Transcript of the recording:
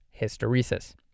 hysteresis